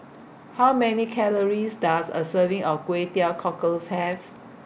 How Many Calories Does A Serving of Kway Teow Cockles Have